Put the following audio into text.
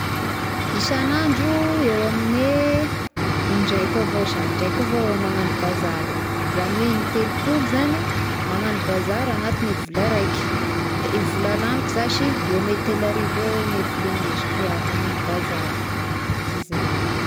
Isan'andro eo amin'gne indraika avao sa, indraika avao iaho magnano bazary, izany hoe ign-telopolo izany magnano bazary anaty vola raiky, de i vola lagniko zashy eo amin'gne teloarivo eo ny vola indesiko reh iaho magnano bazary dy zay.